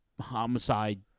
homicide